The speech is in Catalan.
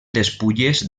despulles